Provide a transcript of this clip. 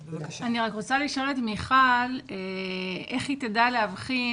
אני רוצה לשאול את מיכל איך היא תדע להבחין